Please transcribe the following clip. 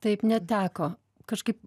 taip neteko kažkaip